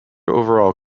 overall